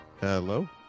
Hello